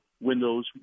Windows